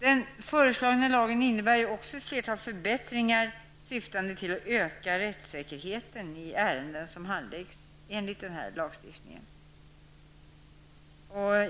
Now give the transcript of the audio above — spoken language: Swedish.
Den föreslagna lagen innebär också ett flertal förbättringar syftande till att öka rättssäkerheten i ärenden som handläggs enligt lagstiftningen.